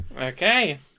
Okay